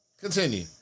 continue